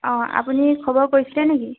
অঁ আপুনি খবৰ কৰিছিলে নেকি